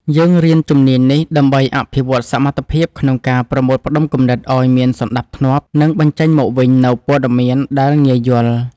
យើងរៀនជំនាញនេះដើម្បីអភិវឌ្ឍសមត្ថភាពក្នុងការប្រមូលផ្ដុំគំនិតឱ្យមានសណ្ដាប់ធ្នាប់ និងបញ្ចេញមកវិញនូវព័ត៌មានដែលងាយយល់។